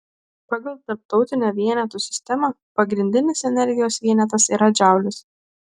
pagal tarptautinę vienetų sistemą pagrindinis energijos vienetas yra džaulis